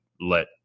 let